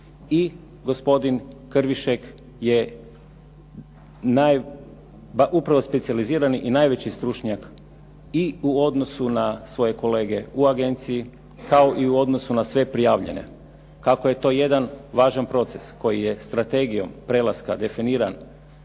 i gospodin Krvišek je naj, upravo specijalizirani i najveći stručnjak i u odnosu na svoje kolege u agenciji kao i u odnosu na sve prijavljene. Kako je to jedan važan proces koji je strategijom prelaska definiran